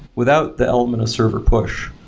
without the element of server push,